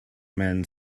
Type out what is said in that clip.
man